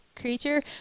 creature